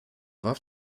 warf